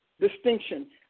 distinction